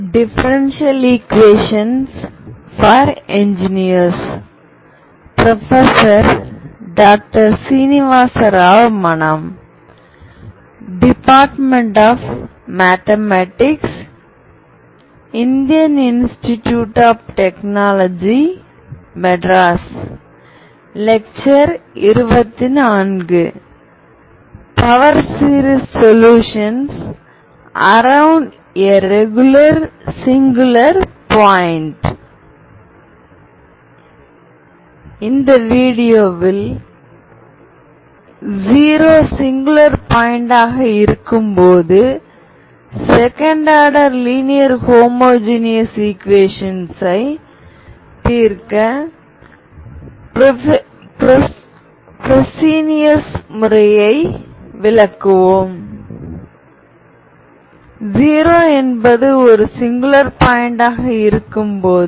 Sturm Liouville problems கடந்த வீடியோவில் Hermitian மேட்ரிக்சின் பண்புகள் பற்றி விவாதித்தோம் இந்த வீடியோவில் இந்த ஹெர்மீடியன் மேட்ரிக்சின் பண்புகளை நிரூபிக்க முயற்சிப்போம்